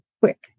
Quick